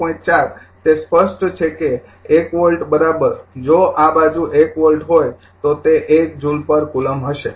૪ તે સ્પષ્ટ છે કે ૧ વોલ્ટ જો આ બાજુ ૧ વોલ્ટ હોય તો તે ૧ જૂલ પર કુલમ્બ હશે